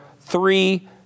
three